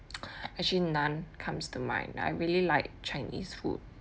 actually none comes to mind I really like chinese food